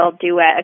duet